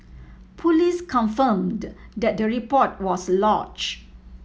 police confirmed that the report was lodged